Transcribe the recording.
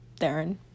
Darren